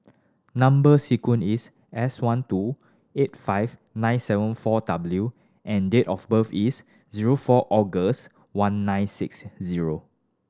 number sequence is S one two eight five nine seven four W and date of birth is zero four August one nine six zero